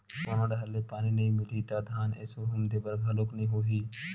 कोनो डहर ले पानी नइ मिलही त धान एसो हुम दे बर घलोक नइ होही